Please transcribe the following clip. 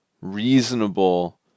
reasonable